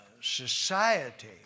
society